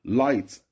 light